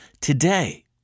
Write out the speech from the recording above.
today